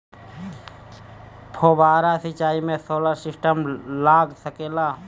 फौबारा सिचाई मै सोलर सिस्टम लाग सकेला?